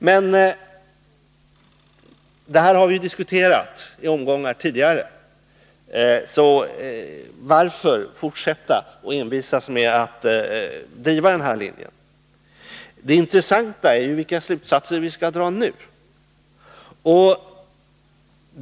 Men detta har vi diskuterat i omgångar tidigare, så varför fortsätta och envisas med att driva den här linjen? Det intressanta är ju vilka slutsatser vi skall dra nu.